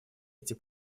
эти